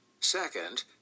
Second